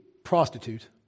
Prostitute